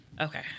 Okay